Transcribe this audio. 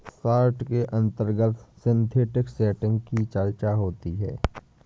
short के अंतर्गत synthetic setting की चर्चा होती है